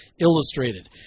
Illustrated